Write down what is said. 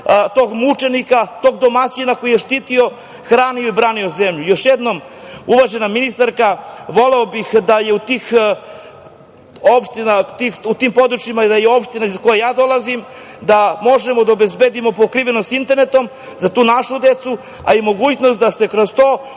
našeg mučenika, tog domaćina koji je štitio, hranio i branio zemlju. Još jednom uvažena ministarka voleo bih da je u tim područjima i opštinama iz koje ja dolazim da možemo da obezbedimo pokrivenost sa internetom za tu našu decu, a i mogućnost da se kroz to